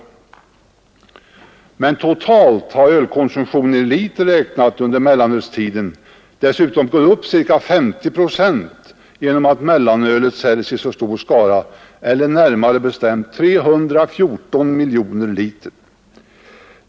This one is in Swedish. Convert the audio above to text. Under mellanölstiden har emellertid den totala ölkonsumtionen i liter räknat dessutom gått upp med ca 50 procent genom att mellanölet säljs i så stor skala, eller närmare bestämt 314 miljoner liter.